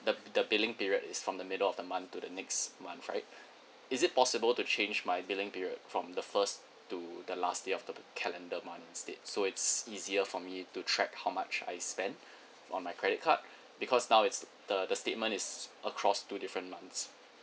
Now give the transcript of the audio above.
the the billing period is from the middle of the month to the next month right is it possible to change my billing period from the first to the last day of the calendar month instead so it's easier for me to track how much I spend on my credit card because now is the the statement is across two different months